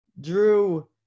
drew